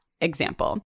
example